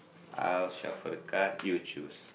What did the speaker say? I'll shuffle the card you choose